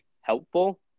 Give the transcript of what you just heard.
helpful